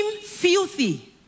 filthy